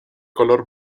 color